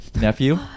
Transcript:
nephew